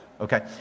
okay